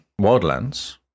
Wildlands